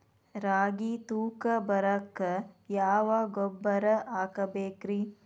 ರಾಗಿ ತೂಕ ಬರಕ್ಕ ಯಾವ ಗೊಬ್ಬರ ಹಾಕಬೇಕ್ರಿ?